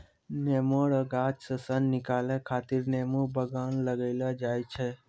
नेमो रो गाछ से सन निकालै खातीर नेमो बगान लगैलो जाय छै